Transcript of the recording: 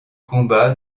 combat